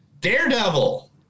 daredevil